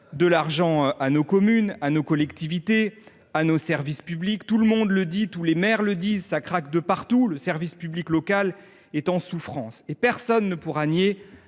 de l’argent à nos communes, à nos collectivités, à nos services publics. Tout le monde le dit, tous les maires le disent, ça craque de partout et le service public local est en souffrance. Personne ne pourra nier